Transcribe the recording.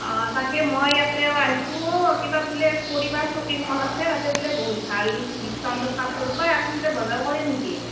অঁ তাকে মই ইয়াতেও আহিছো কিবা বোলে পৰিবাৰ শ্বপিং মল আছে তাতে বহুত ভাল ডিস্কাউণ্টত কাপোৰ পায় আপ্নি তাতে বজাৰ কৰে নেকি